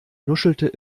nuschelte